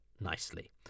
nicely